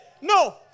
No